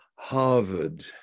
Harvard